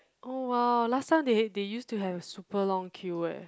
oh !wow! last time they they used to have super long queue leh